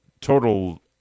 total